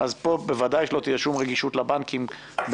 אז פה בוודאי שלא תהיה שום רגישות לבנקים בהרבה